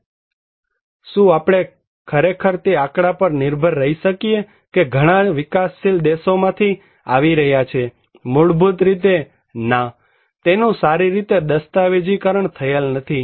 નહિ શું આપણે ખરેખર તે આંકડા ઉપર નિર્ભર રહી શકીએ કે જે ઘણા વિકાસશીલ દેશોમાંથી આવી રહ્યા છે મૂળભૂત રીતે ના તેનું સારી રીતે દસ્તાવેજીકરણ થયેલ નથી